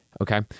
okay